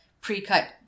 pre-cut